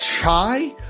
Chai